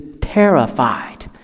terrified